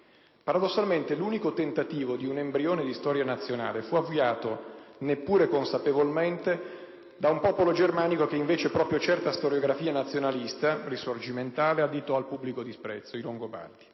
Paradossalmente, l'unico tentativo di un embrione di storia nazionale fu avviato, neppure consapevolmente, da un popolo germanico che invece proprio certa storiografia nazionalista risorgimentale additò al pubblico disprezzo: i Longobardi.